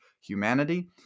humanity